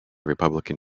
republican